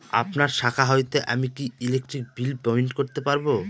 আপনার শাখা হইতে আমি কি ইলেকট্রিক বিল পেমেন্ট করতে পারব?